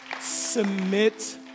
Submit